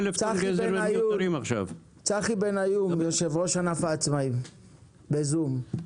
טל שפירא מהערבה, בזום.